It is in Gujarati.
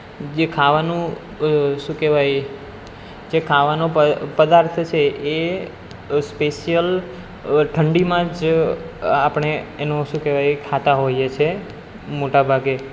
જે ખાવાનું શું કહેવાય જે ખાવાનો પ પદાર્થ છે એ સ્પેશિયલ ઠંડીમાં જ આપણે એનું શું કહેવાય એ ખાતા હોઈએ છે મોટાભાગે